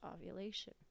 ovulation